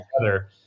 together